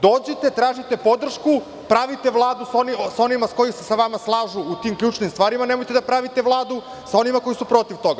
Dođite, tražite podršku, pravite Vladu sa onima koji se sa vama slažu u tim ključnim stvarima, a nemojte da pravite Vladu sa onima koji su protiv toga.